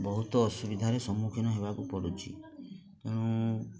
ବହୁତ ଅସୁବିଧାରେ ସମ୍ମୁଖୀନ ହେବାକୁ ପଡ଼ୁଛି ଏଣୁ